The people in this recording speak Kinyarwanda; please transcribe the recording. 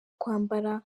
kwambara